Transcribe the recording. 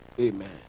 Amen